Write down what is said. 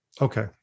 Okay